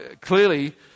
clearly